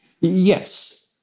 Yes